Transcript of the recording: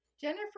Jennifer